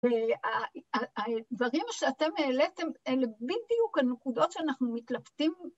והדברים שאתם העליתם, אלה בדיוק הנקודות שאנחנו מתלבטים.